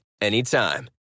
anytime